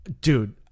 Dude